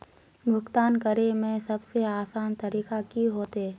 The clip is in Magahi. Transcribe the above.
भुगतान करे में सबसे आसान तरीका की होते?